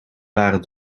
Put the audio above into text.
waren